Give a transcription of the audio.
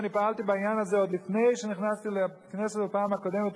אני פעלתי בעניין הזה עוד לפני שנכנסתי לכנסת בפעם הקודמת,